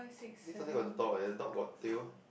this something got the dog eh the dog got tail